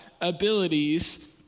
abilities